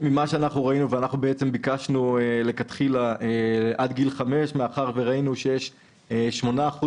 ביקשנו מלכתחילה עד גיל חמש מאחר וראינו ש-8%